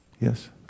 Yes